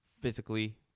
physically